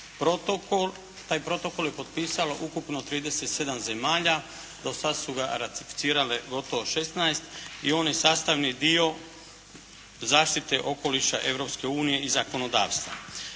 Protokol. Taj Protokol je potpisalo ukupno 37 zemalja. Do sad su ga ratificirale gotovo 16 i on je sastavni dio zaštite okoliša Europske unije i zakonodavstva.